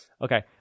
Okay